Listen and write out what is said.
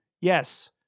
Yes